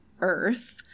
Earth